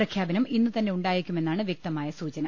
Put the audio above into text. പ്രഖ്യാ പനം ഇന്നുതന്നെ ഉണ്ടായേക്കുമെന്നാണ് വൃക്തമായ സൂചന